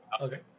Okay